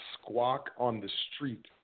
squawk-on-the-street